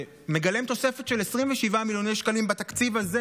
וזה מגלם תוספת של 27 מיליוני שקלים בתקציב הזה,